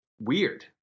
weird